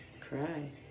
cry